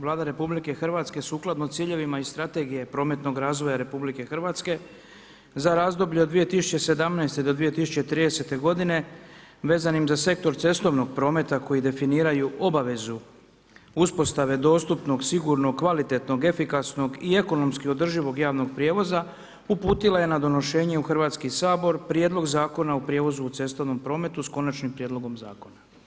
Vlada RH sukladno ciljevima iz Strategije prometnog razvoja RH za razdoblje od 2017. do 2030. godine vezanim za sektor cestovnog prometa koji definiraju obavezu uspostave dostupnog, sigurnog, kvalitetnog, efikasnog i ekonomski održivog javnog prijevoza, uputila je na donošenje u Hrvatski sabor Prijedlog Zakona o prijevozu u cestovnom prometu s konačnim prijedlogom zakona.